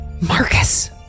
Marcus